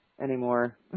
anymore